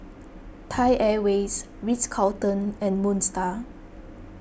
Thai Airways Ritz Carlton and Moon Star